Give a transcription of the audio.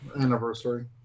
anniversary